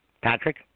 Patrick